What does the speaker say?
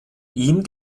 ihm